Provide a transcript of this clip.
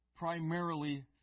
Primarily